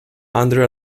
under